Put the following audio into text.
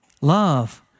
love